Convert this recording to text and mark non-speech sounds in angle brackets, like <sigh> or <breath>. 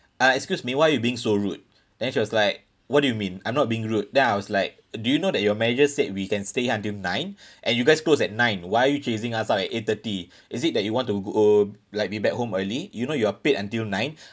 uh excuse me why you being so rude then she was like what do you mean I'm not being rude then I was like do you know that your manager said we can stay until nine <breath> and you guys close at nine why you chasing us out at eight thirty <breath> is it that you want to go like be back home early you know you are paid until nine <breath>